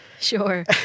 Sure